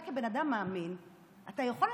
כבן אדם מאמין אתה יכול,